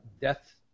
death